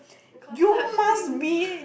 got such thing